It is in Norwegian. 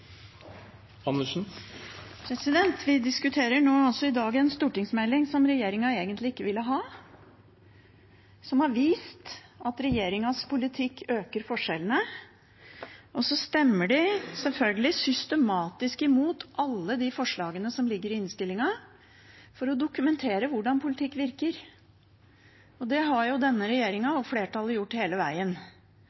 mest. Vi diskuterer nå en stortingsmelding som regjeringen egentlig ikke ville ha, som har vist at regjeringens politikk øker forskjellene, og så stemmer regjeringspartiene selvfølgelig systematisk imot alle de forslagene som ligger i innstillingen for å dokumentere hvordan politikken virker. Det har denne